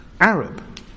Arab